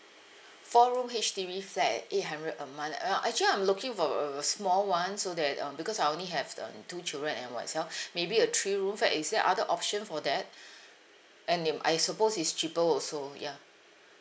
four room H_D_B flat eight hundred a month uh actually I'm looking for a a small one so that um because I only have um two children and myself maybe a three room flat is there other option for that and in I suppose it's cheaper also ya